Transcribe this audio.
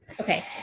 okay